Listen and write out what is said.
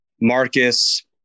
Marcus